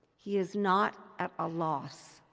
he is not at a loss.